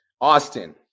Austin